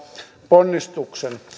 ponnistuksen